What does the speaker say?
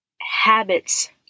habits